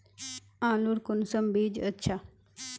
आलूर कुंसम बीज अच्छा?